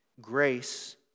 Grace